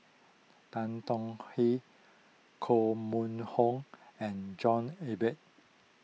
Tan Tong Hye Koh Mun Hong and John Eber